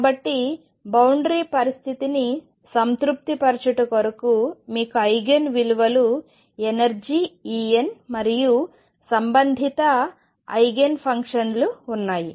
కాబట్టి బౌండరి పరిస్థితిని సంతృప్తి పరుచుట కొరకు మీకు ఐగెన్ విలువలు ఎనర్జీ En మరియు సంబంధిత ఐగెన్ ఫంక్షన్ లు ఉన్నాయి